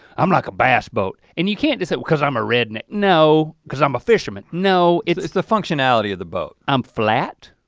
i'm like a bass boat, and you can't just say, cause i'm a redneck, no, cause i'm a fisherman, no. it's the functionality of the boat. i'm flat.